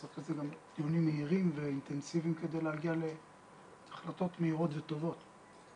ועשינו מאמץ להגיע לדעות משני הכיוונים וזה כמובן